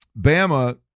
Bama